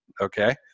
okay